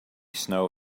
snow